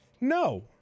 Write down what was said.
No